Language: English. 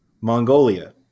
Mongolia